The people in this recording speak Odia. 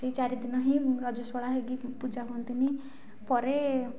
ସେହି ଚାରିଦିନ ହିଁ ରଜସ୍ୱଳା ହୋଇକି ପୂଜା ହୁଅନ୍ତିନି ପରେ